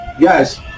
guys